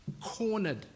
cornered